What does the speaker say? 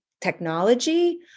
technology